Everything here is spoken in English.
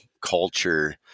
culture